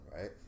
right